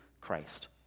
Christ